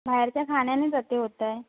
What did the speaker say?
बाहेरच्या खाण्यानेच अती होत आहे